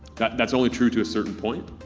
that's only true to a certain point,